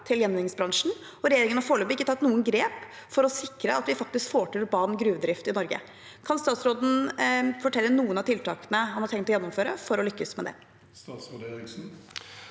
til gjenvinningsbransjen, og regjeringen har foreløpig ikke tatt noen grep for å sikre at vi faktisk får til urban gruvedrift i Norge. Kan statsråden fortelle om noen av tiltakene han har tenkt å gjennomføre for å lykkes med det?